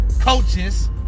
coaches